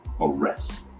arrest